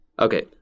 Okay